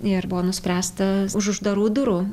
ir buvo nuspręsta už uždarų durų